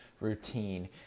routine